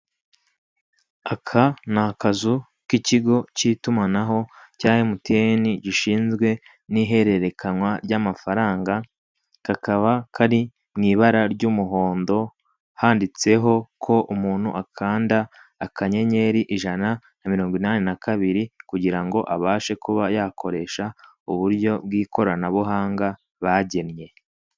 Aka ni akazu k'ikigo cy'itumanaho cya emutiyene gishinzwe n'ihererekanywa ry'amafaranga kakaba kari mu ibara ry'umuhondo, handitseho ko umuntu akanda akanyenyeri ijana na mirongo inani na kabiri kugira ngo abashe kuba yakoresha uburyo bw'ikoranabuhanga bagennye.